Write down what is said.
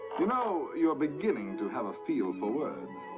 you know, you're beginning to have a feel for words.